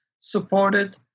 supported